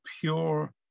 pure